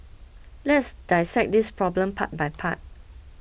let's dissect this problem part by part